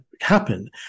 happen